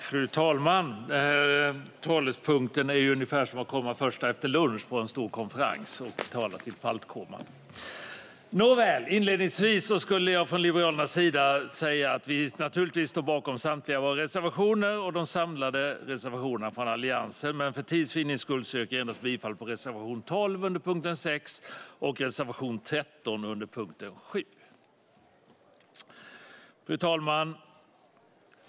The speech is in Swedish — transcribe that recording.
Fru talman! Talespunkten är ungefär som att komma först efter lunch på en stor konferens och tala till paltkoman. Nåväl, inledningsvis vill jag från Liberalernas sida säga att vi naturligtvis står bakom samtliga våra reservationer och de samlade reservationerna från Alliansen, men för tids vinnande yrkar jag bifall endast till reservation 12 under punkt 6 och reservation 13 under punkt 7. Styrande principer inom hälso och sjukvården och en förstärkt vårdgaranti Fru talman!